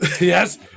Yes